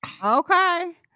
Okay